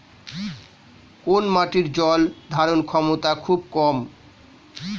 কোন মাটির জল ধারণ ক্ষমতা খুব কম?